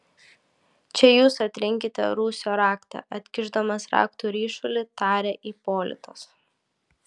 čia jūs atrinkite rūsio raktą atkišdamas raktų ryšulį tarė ipolitas